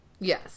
Yes